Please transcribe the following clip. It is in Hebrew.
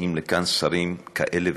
באים לכאן שרים כאלה וכאלה,